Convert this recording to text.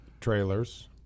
trailers